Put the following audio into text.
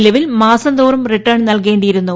നിലവിൽ മാസംതോറും റിട്ടേൺ നൽകേണ്ടിയിരുന്നു